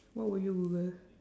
what would you google